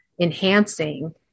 enhancing